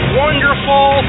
wonderful